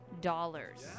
dollars